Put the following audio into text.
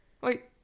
Wait